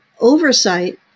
oversight